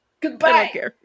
goodbye